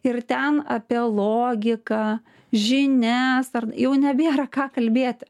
ir ten apie logiką žinias ar jau nebėra ką kalbėti